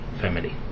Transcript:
family